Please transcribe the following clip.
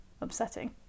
upsetting